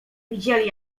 widzieli